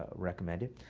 ah recommended.